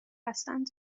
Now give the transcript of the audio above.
هستند